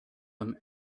him